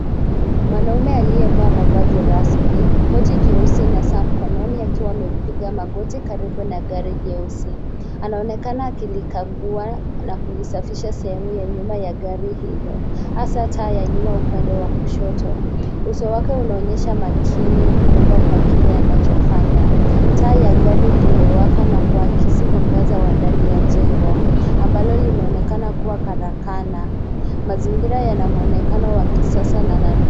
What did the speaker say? Mwanaume aliyevaa mavazi rasmi koti jeusi na saa mkononi akiwa amepiga magoti karibu na gari jeusi anaonekana akilikagua na kulisafisha sehemu ya nyuma ya gari hilo hasa taa ya nyuma upande wa kushoto, uso wake unaonyesha makini mkubwa kwa kile anachofanya taa gari imewaka na kuwakisi mwangaza wa ndani ya jengo ambalo linaonekana kuwa karakana mazingira yana mwonekano wa kisasa na.